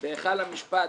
בהיכל המשפט,